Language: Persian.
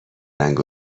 رنگ